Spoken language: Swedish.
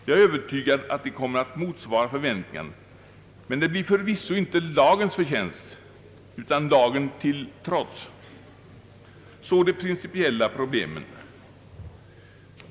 Jag är övertygad om att de kommer att motsvara förväntningarna, men det blir tvivelsutan inte lagens förtjänst utan lagen till trots. Så kommer de principiella problemen.